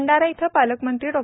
भंडारा येथे पालकमंत्री डॉ